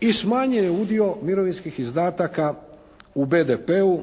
i smanjen je udio mirovinskih izdataka u BDP-u